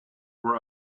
were